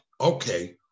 okay